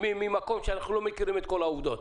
ממקום שאנחנו לא מכירים את כל העובדות,